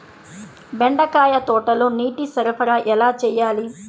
బెండకాయ తోటలో నీటి సరఫరా ఎలా చేయాలి?